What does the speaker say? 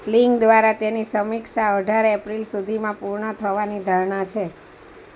લિંગ દ્વારા તેની સમીક્ષા અઢાર એપ્રિલ સુધીમાં પૂર્ણ થવાની ધારણા છે